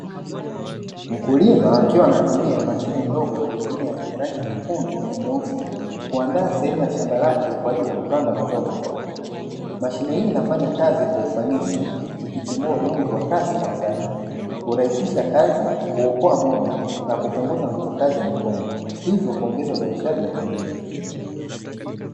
Mkulima akiwa anatumia mashine ndogo ya kulimia yenye rangi nyekundu na nyeusi kuandaa sehemu ya shamba lake kwa ajili ya kupanda mazao tofauti, mashine hii inafanya kazi kwa ufanisi ikichimbua udongo kwa kasi na usahihi, hurahisisha kazi, huokoa muda na kupunguza nguvu kazi ya mikono hivyo huongeza uzalishaji wa kilimo.